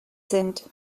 sind